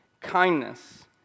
kindness